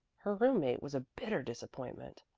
her roommate was a bitter disappointment.